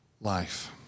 life